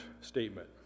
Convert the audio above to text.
statement